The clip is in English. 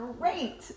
Great